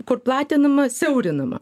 kur platinama siaurinama